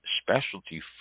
specialty